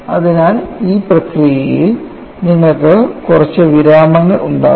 അതിനാൽ ഈ പ്രക്രിയയിൽ നിങ്ങൾക്ക് കുറച്ച് വിരാമങ്ങൾ ഉണ്ടാകും